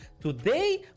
today